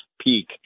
peak